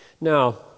Now